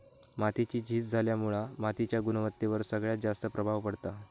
मातीची झीज झाल्यामुळा मातीच्या गुणवत्तेवर सगळ्यात जास्त प्रभाव पडता